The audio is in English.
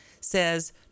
says